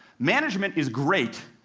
management is great.